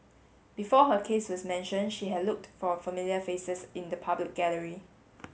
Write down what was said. before her case was mentioned she had looked for familiar faces in the public gallery